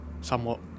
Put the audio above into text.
somewhat